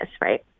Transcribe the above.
right